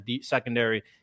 secondary